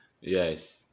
yes